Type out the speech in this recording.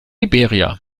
liberia